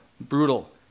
brutal